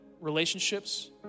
relationships